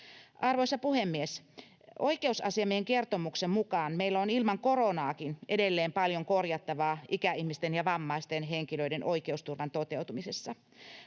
Arvoisa puhemies! Oikeusasiamiehen kertomuksen mukaan meillä on ilman koronaakin edelleen paljon korjattavaa ikäihmisten ja vammaisten henkilöiden oikeusturvan toteutumisessa.